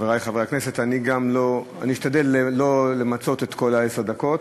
חברי חברי הכנסת, אשתדל לא למצות את כל עשר הדקות.